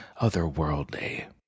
otherworldly